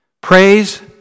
Praise